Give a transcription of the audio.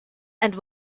and